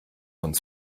uns